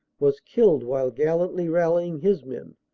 was killed while gallantly rallying his men,